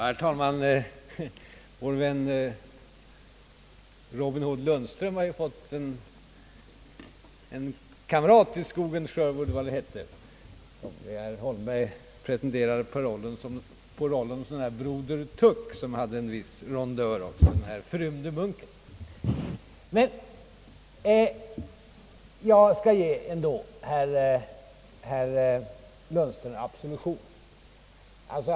Herr talman! Vår vän Robin Hood Lundström har fått en kamrat i Sherwoodskogen. Herr Holmberg pretenderar på rollen som broder Tuck, den förrymde munken, som ju hade en viss rondör. Jag skall ändå ge herr Lundström absolution.